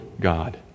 God